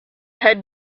had